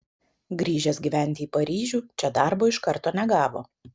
grįžęs gyventi į paryžių čia darbo iš karto negavo